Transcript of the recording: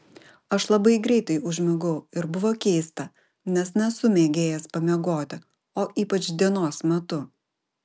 aš labai greitai užmigau ir buvo keista nes nesu mėgėjas pamiegoti o ypač dienos metu